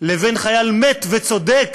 לבין חייל מת וצודק